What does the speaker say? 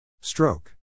Stroke